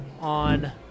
on